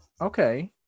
Okay